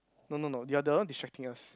no no no they are the one distracting us